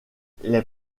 les